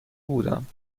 بودم